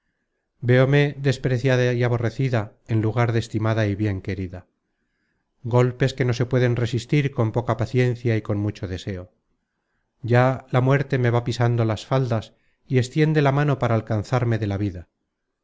véome despreciada y aborrecida en lugar de estimada y bien querida golpes que no se pueden resistir con poca paciencia y con mucho deseo ya ya la muerte me va pisando las faldas y extiende la mano para alcanzarme de la vida